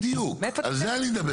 בדיוק, על זה אני מדבר.